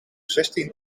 zestien